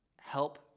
help